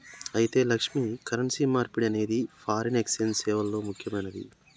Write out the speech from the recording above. అయితే లక్ష్మి, కరెన్సీ మార్పిడి అనేది ఫారిన్ ఎక్సెంజ్ సేవల్లో ముక్యమైనది